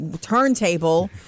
turntable